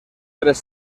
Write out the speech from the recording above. tres